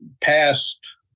past